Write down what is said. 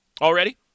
already